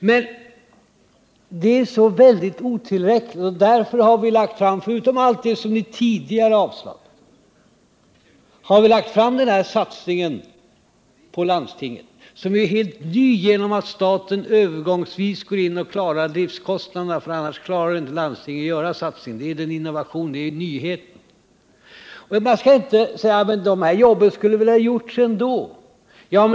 Men det är så väldigt otillräckligt. Därför har vi — förutom de förslag som ni tidigare avslagit — lagt fram förslag om satsningen på landstinget, som är helt ny genom att staten övergångsvis går in och klarar driftkostnaderna. Skulle staten inte göra det klarar inte landstinget av satsningen. Men det här är en innovation! Och man skall inte säga: De här jobben skulle ha tillkommit ändå.